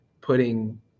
putting